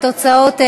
התשע"ו 2015,